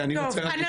אני רוצה רק משפט אחד.